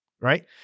right